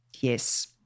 Yes